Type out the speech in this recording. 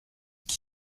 qui